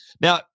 Now